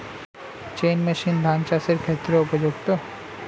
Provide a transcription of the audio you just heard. Chain machine ধান চাষের ক্ষেত্রে উপযুক্ত?